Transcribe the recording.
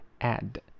Add